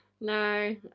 No